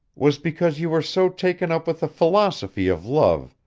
was because you were so taken up with the philosophy of love,